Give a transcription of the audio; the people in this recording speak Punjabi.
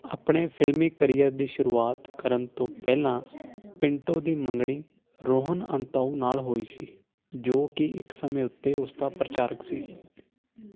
ਆਪਣੇ ਫਿਲਮੀ ਕਰੀਅਰ ਦੀ ਸ਼ੁਰੂਆਤ ਕਰਨ ਤੋਂ ਪਹਿਲਾਂ ਪਿੰਟੋ ਦੀ ਮੰਗਣੀ ਰੋਹਨ ਅੰਤਾਓ ਨਾਲ ਹੋਈ ਸੀ ਜੋ ਕਿ ਇੱਕ ਸਮੇਂ ਉੱਤੇ ਉਸ ਦਾ ਪ੍ਰਚਾਰਕ ਸੀ